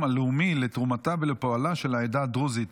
הלאומי לתרומתה ולפועלה של העדה הדרוזית.